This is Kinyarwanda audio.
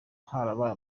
harabaye